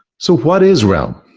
so what is realm?